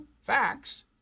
facts